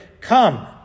Come